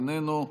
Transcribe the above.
איננו,